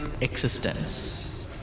existence